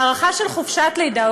הארכה של חופשת לידה,